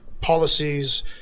policies